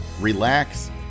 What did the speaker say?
relax